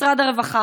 משרד הרווחה,